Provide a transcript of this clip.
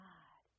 God